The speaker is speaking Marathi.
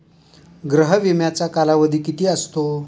गृह विम्याचा कालावधी किती असतो?